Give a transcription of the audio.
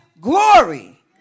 glory